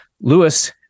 lewis